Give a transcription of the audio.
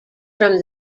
from